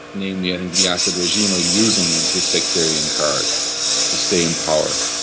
namely i think the yeah assad regime, are using the sectarian card to stay in power.